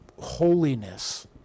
holiness